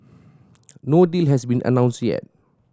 no deal has been announced yet